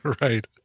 right